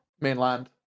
mainland